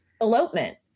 elopement